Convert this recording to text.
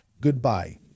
Goodbye